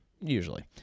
Usually